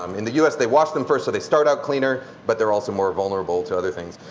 um in the us, they wash them first. so they start out cleaner, but they're also more vulnerable to other things.